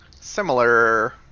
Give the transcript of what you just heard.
Similar